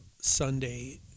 Sunday